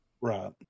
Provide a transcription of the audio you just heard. Right